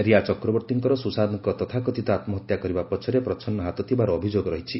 ରିୟା ଚକ୍ରବର୍ତ୍ତୀଙ୍କର ସୁଶାନ୍ତଙ୍କ ତଥାକଥିତ ଆତ୍ମହତ୍ୟା କରିବା ପଛରେ ପ୍ରଚ୍ଛନ୍ନ ହାତ ଥିବାର ଅଭିଯୋଗ ରହିଛି